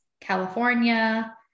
California